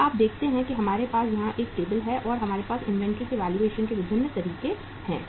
अब आप देखते हैं कि हमारे पास यहां एक टेबल है और हमारे पास इन्वेंट्री के मूल्यांकन के विभिन्न तरीके हैं